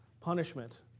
punishment